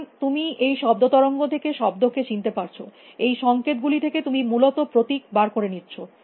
সুতরাং তুমি এই শব্দ তরঙ্গ থেকে শব্দ কে চিনতে পারছ এই সংকেত গুলি থেকে তুমি মূলত প্রতীক বার করে নিচ্ছ